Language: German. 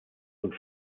und